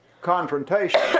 confrontation